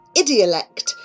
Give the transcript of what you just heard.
idiolect